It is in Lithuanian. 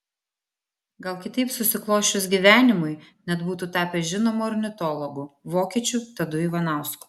gal kitaip susiklosčius gyvenimui net būtų tapęs žinomu ornitologu vokiečių tadu ivanausku